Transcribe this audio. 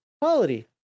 quality